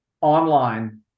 online